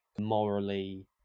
morally